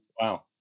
Wow